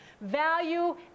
value